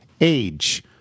age